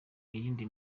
yindi